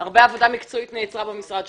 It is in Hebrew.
ותוך כדי הרבה עבודה מקצועית נעצרה במשרד שלכם.